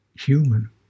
human